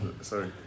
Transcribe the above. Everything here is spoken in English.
Sorry